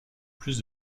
plus